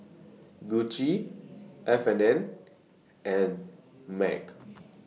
Gucci F and N and MAG